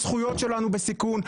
הזכויות שלנו בסיכון,